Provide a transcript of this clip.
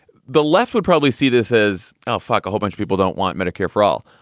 the left would probably see this as ah fuck a whole bunch. people don't want medicare for all,